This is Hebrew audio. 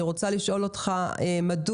אני רוצה לשאול אותך מדוע?